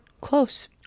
close